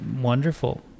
wonderful